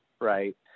Right